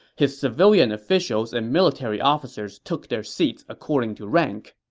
his civilian officials and military officers took their seats according to rank.